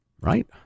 Right